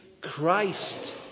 Christ